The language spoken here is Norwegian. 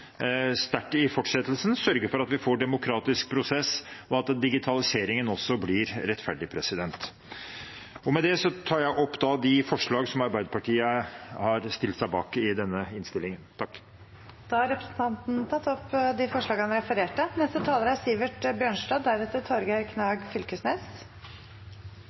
sterkt i fortsettelsen, sørge for at vi får en demokratisk prosess, og at digitaliseringen også blir rettferdig. Med det tar jeg opp de forslag som Arbeiderpartiet har stilt seg bak i denne innstillingen. Representanten Terje Aasland har tatt opp de forslagene han refererte til. Det er